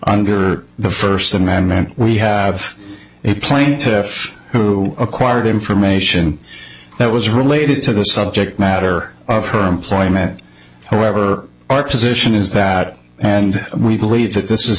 under the first amendment we have a plaintiff who acquired information that was related to the subject matter of her employment however our position is that and we believe that this